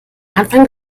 anfang